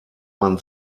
man